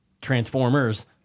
Transformers